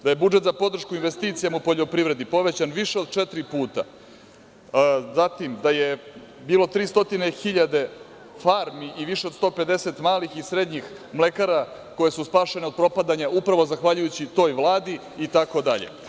Da je budžet za podršku investicijama u poljoprivredi povećan više od četiri puta, zatim, da je bilo 300.000 farmi i više od 150 malih i srednjih mlekara koje su spašene od propadanja upravo zahvaljujući toj Vladi itd.